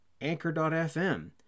Anchor.fm